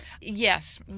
yes